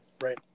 Right